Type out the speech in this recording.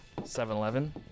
7-Eleven